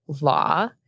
law